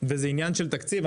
וזה עניין של תקציב.